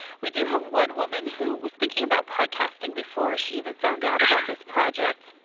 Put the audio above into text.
we do have one woman who was thinking about podcasting before she even found out about this project.